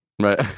Right